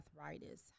arthritis